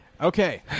Okay